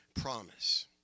promise